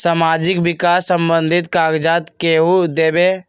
समाजीक विकास संबंधित कागज़ात केहु देबे?